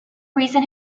recent